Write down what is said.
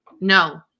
No